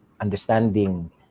understanding